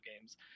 games